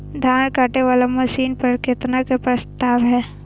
धान काटे वाला मशीन पर केतना के प्रस्ताव हय?